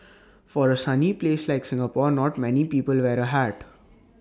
for A sunny place like Singapore not many people wear A hat